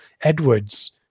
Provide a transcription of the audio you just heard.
Edwards